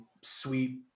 sweet